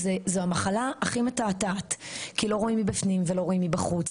זו המחלה הכי מתעתעת כי לא רואים מבפנים ולא רואים מבחוץ